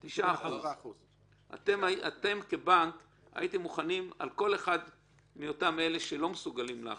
9%. אתם כבנק הייתם מוכנים על כל אחד מאותם אלה שלא מסוגלים להחזיר,